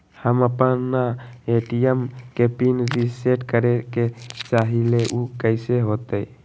हम अपना ए.टी.एम के पिन रिसेट करे के चाहईले उ कईसे होतई?